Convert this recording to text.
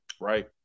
right